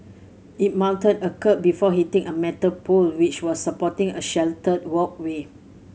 it mounted a kerb before hitting a metal pole which was supporting a sheltered walkway